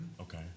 Okay